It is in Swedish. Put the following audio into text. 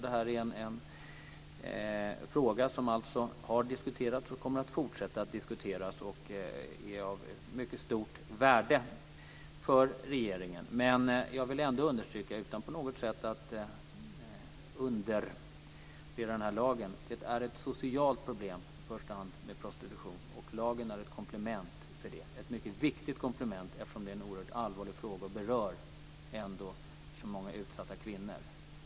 Det här är en fråga som har diskuterats och som kommer att fortsätta att diskuteras. Den är av mycket stort intresse för regeringen. Men jag vill ändå, utan att på något sätt undervärdera den här lagen, understryka att prostitution i första hand är ett socialt problem, och lagen utgör ett mycket viktigt komplement, eftersom det är en oerhört allvarlig fråga som berör många utsatta kvinnor.